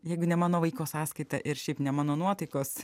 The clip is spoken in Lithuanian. jeigu ne mano vaiko sąskaita ir šiaip ne mano nuotaikos